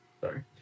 Sorry